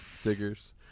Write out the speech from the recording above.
stickers